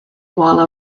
while